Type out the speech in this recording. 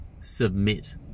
submit